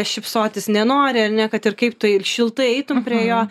šypsotis nenori ar ne kad ir kaip tu šiltai eitum prie jo